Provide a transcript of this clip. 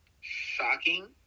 shocking